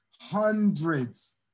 hundreds